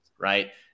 Right